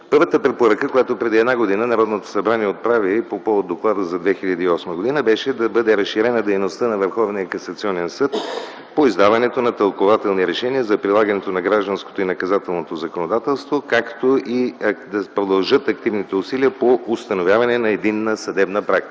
Първата препоръка, която преди една година Народното събрание отправи по повод доклада за 2008 г., беше да бъде разширена дейността на Върховния касационен съд по издаването на тълкувателни решения за прилагането на гражданското и наказателното законодателство, както и да продължат активните усилия по установяване на единна съдебна практика.